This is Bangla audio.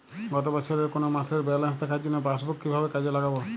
গত বছরের কোনো মাসের ব্যালেন্স দেখার জন্য পাসবুক কীভাবে কাজে লাগাব?